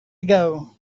ago